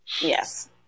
Yes